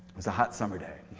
was a hot summer day.